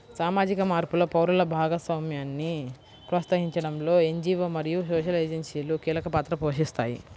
సామాజిక మార్పులో పౌరుల భాగస్వామ్యాన్ని ప్రోత్సహించడంలో ఎన్.జీ.వో మరియు సోషల్ ఏజెన్సీలు కీలక పాత్ర పోషిస్తాయి